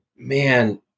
Man